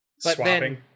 swapping